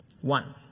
One